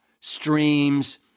streams